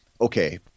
okay